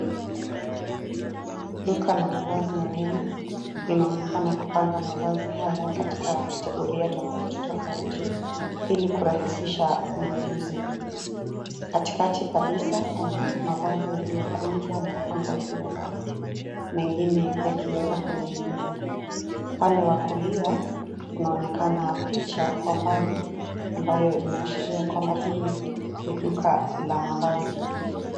Duka la mavazi na urembo linaonekana kupanga mavazi haya katika kategoria tofauti tofauti ili kurahishisha ununuzi. Katikati kabisa pana mavazi yaliyokunjwa na kupangwa juu rafu mengine yakieza kuning'inia. Upande wa kulia kunaonekana picha kwa mbali ambayo inaashiria kwamba hili ni duka la mavazi.